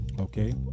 Okay